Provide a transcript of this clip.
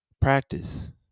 Practice